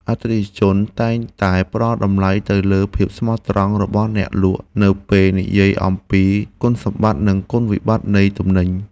អតិថិជនតែងតែផ្តល់តម្លៃទៅលើភាពស្មោះត្រង់របស់អ្នកលក់នៅពេលនិយាយអំពីគុណសម្បត្តិ និងគុណវិបត្តិនៃទំនិញ។